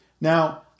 Now